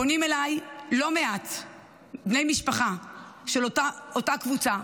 פונים אליי לא מעט בני משפחה של אותה קבוצה,